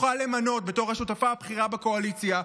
בתור השותפה הבכירה בקואליציה,